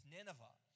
Nineveh